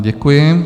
Děkuji.